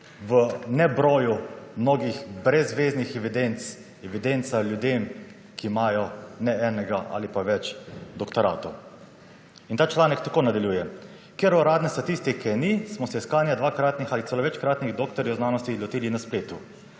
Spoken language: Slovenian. v nebroju mnogih brez zveznih evidenc evidenca ljudem, ki imajo ne enega ali pa več doktoratov. In ta članek tako nadaljuje: »Ker uradne statistike ni, smo se iskanja dvakratnih ali celo večkratnih doktorjev znanosti lotili na spletu.